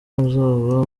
muzaba